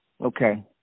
okay